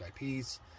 ips